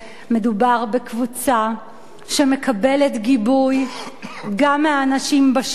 מדובר בקבוצה שמקבלת גיבוי גם מהאנשים בשטח,